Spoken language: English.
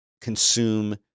consume